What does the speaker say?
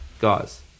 guys